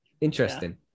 Interesting